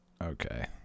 okay